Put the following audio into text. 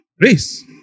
grace